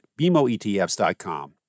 bmoetfs.com